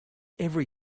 every